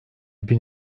bin